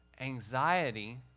Anxiety